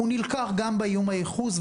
הוא נלקח גם באיום הייחוס,